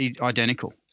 identical